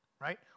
right